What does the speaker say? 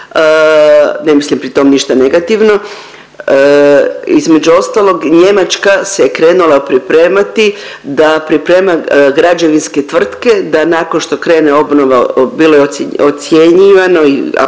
Ne mislim pri tom ništa negativno, između ostalog Njemačka se je krenula pripremati da priprema građevinske tvrtke da nakon što krene obnova bilo je ocjenjivano i